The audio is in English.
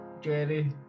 Jerry